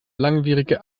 langwierige